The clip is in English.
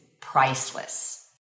priceless